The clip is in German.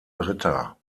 britta